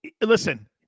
Listen